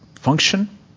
function